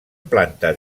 plantes